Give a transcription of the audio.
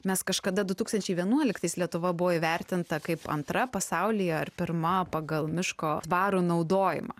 mes kažkada du tūkstančiai vienuoliktais lietuva buvo įvertinta kaip antra pasaulyje ar pirma pagal miško tvarų naudojimą